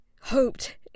hoped